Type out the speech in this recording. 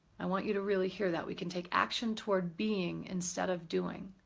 i want you to really hear that. we can take action toward being instead of doing.